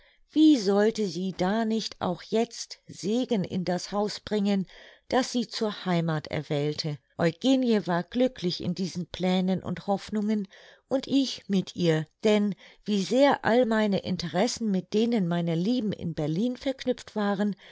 wie sollte sie da nicht auch jetzt segen in das haus bringen das sie zur heimath erwählte eugenie war glücklich in diesen plänen und hoffnungen und ich mit ihr denn wie sehr all meine interessen mit denen meiner lieben in berlin verknüpft waren